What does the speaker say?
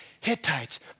Hittites